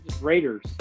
raiders